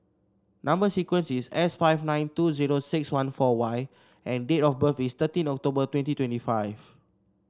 number sequence is S five nine two zero six one four Y and date of birth is thirteen October twenty twenty five